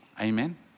Amen